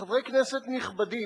שחברי כנסת נכבדים